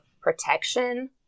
protection